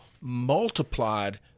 multiplied